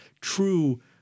true